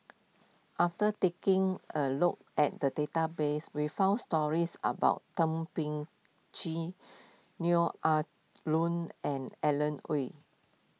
after taking a look at the database we found stories about Thum Ping Tjin Neo Ah Luan and Alan Oei